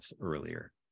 earlier